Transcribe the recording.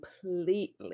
completely